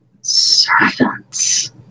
Servants